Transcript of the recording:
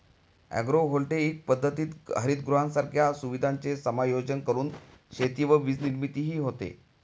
agrovoltaic पद्धतीत हरितगृहांसारख्या सुविधांचे समायोजन करून शेती व वीजनिर्मितीही होते